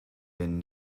been